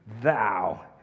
thou